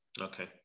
okay